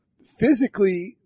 physically